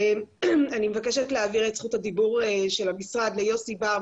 אני מבקשת להעביר את זכות הדיבור של המשרד ליוסי בר,